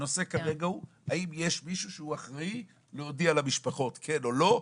הנושא כרגע הוא האם יש מישהו שהוא אחראי להודיע למשפחות כן או לא,